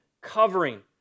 covering